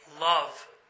love